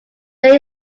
there